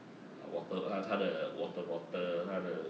ah wate~ 他的 water bottle 他的